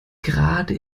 gerade